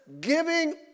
giving